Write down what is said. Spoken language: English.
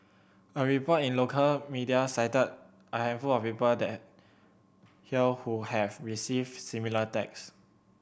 a report in local media cited a handful of people there here who have received similar text